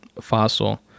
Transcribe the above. fossil